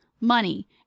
money